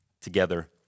together